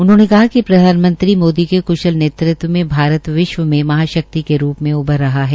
उन्होनें कहा िक प्रधानमंत्री मोदी के कृशल नेतृत्व में भारत विश्व मे महाशक्ति के रूप में उभर रहा है